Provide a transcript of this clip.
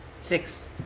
Six